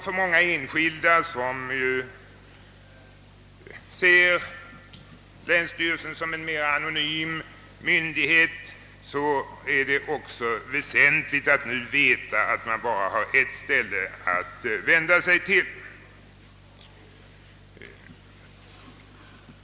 För många enskilda, som ju ser länsstyrelsen mera som en anonym myndighet, är det också väsentligt att nu veta, att man bara har en myndighet att söka.